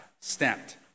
stamped